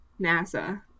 NASA